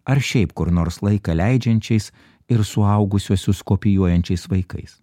ar šiaip kur nors laiką leidžiančiais ir suaugusiuosius kopijuojančiais vaikais